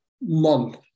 month